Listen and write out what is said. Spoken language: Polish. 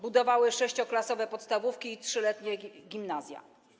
Budowały 6-klasowe podstawówki i 3-letnie gimnazja.